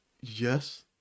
Yes